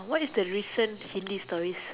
what is the recent Hindi stories